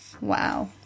Wow